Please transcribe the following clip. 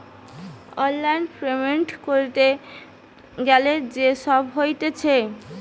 online payment ক্যরতে গ্যালে যে সব হতিছে